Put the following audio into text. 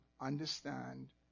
understand